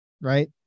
right